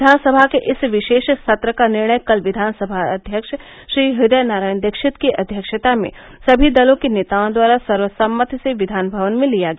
विधानसभा के इस विशेष सत्र का निर्णय कल विधान सभा अध्यक्ष श्री हृदय नारायण दीक्षित की अध्यक्षता में सभी दलों के नेताओं द्वारा सर्वसम्मति से विधान भवन में लिया गया